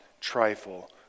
trifle